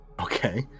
Okay